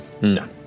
No